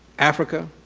africa,